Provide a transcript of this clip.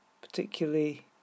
particularly